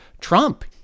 Trump